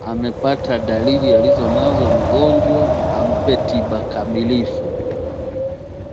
amepata dalili alizo nazo mgonjwa ampe tiba kamilifu.